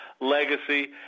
legacy